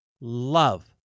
love